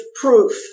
proof